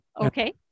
Okay